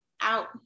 out